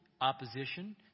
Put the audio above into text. opposition